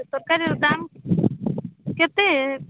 ସେ ତରକାରୀଟା କେତେ